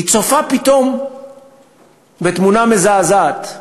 היא צופה פתאום בתמונה מזעזעת,